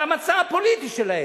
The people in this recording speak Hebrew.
על המצע הפוליטי שלהן,